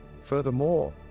Furthermore